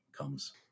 comes